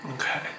Okay